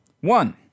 one